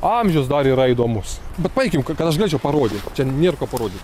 amžius dar yra įdomus bet paeikim kad aš galėčiau parodyt čia nėr ko parodyt